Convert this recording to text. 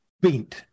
bent